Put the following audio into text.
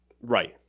Right